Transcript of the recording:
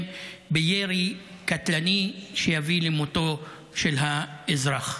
בירי קטלני שיביא למותו של האזרח.